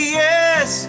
yes